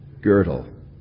girdle